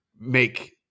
make